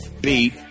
Beat